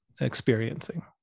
experiencing